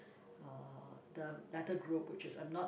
uh the latter group which is I'm not